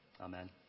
Amen